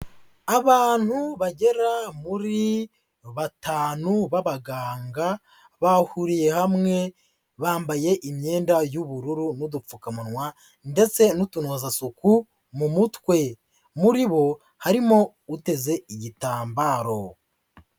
Abantu bagera muri batanu b'abaganga, bahuriye hamwe bambaye imyenda y'ubururu n'udupfukamunwa ndetse n'utunozasuku mu mutwe, muri bo harimo uteze igitambaro.